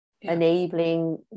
enabling